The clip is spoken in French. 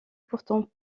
pourtant